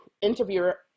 interviewer